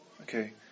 okay